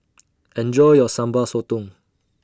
Enjoy your Sambal Sotong